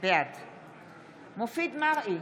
בעד מופיד מרעי,